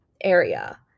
area